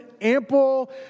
ample